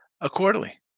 accordingly